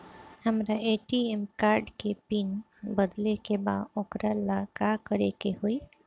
हमरा ATM card के pin बदले के बा वोकरा ला का करे के होई?